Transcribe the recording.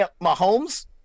Mahomes